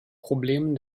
problemen